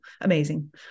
Amazing